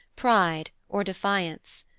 pride, or defiance.